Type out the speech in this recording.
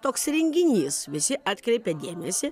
toks renginys visi atkreipė dėmesį